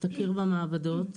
תכיר במעבדות.